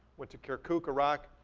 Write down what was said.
went to kirkuk, iraq,